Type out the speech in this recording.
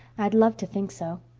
i'd love to think so.